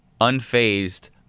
unfazed